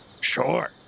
Sure